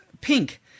Pink